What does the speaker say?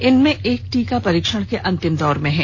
इनमें एक टीका परीक्षण के अंतिम दौर में है